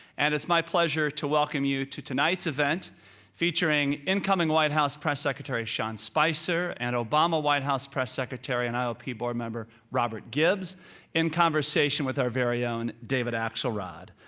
and it's my pleasure to welcome you to tonight's event featuring incoming white house press secretary sean spicer and obama white house press secretary and iop board member robert gibbs in conversation with our very own david axelrod.